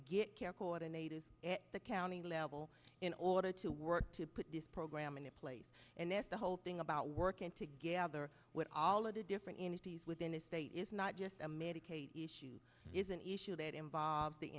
get care coordinator at the county level in order to work to put this program into place and that the whole thing about working together with all of the different entities within the state is not just a medicaid issue is an issue that involves the